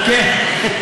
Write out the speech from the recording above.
כן.